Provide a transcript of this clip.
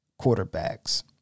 quarterbacks